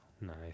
Nice